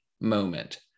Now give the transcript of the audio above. moment